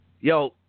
Yo